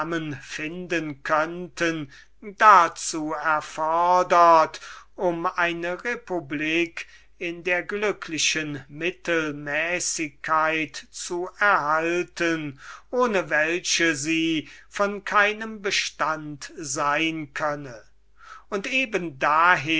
zusammenfinden könnten dazu erfordert um eine republik in dieser mittelmäßigkeit zu erhalten ohne welche sie von keinem bestand sein könne und daher